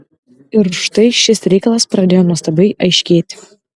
ir štai šis reikalas pradėjo nuostabiai aiškėti